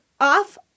off